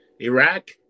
Iraq